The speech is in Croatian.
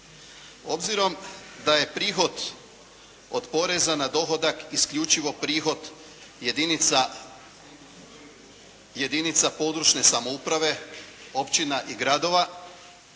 Obzirom da je prihod od poreza na dohodak isključivo prihod jedinica područne samouprave općina i gradova